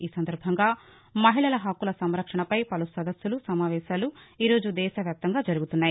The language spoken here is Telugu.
ఈ సందర్బంగా మహిళల హక్కుల సంరక్షణ పై పలు సదస్సులు సమావేశాలు ఈరోజు దేశవ్యాప్తంగా జరుగుతున్నాయి